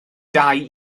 dau